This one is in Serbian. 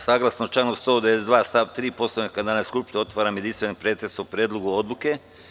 Saglasno članu 192. stav 3. Poslovnika Narodne skupštine, otvaram jedinstveni pretres o predlogu odluke.